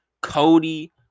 Cody